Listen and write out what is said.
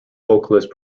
vocalists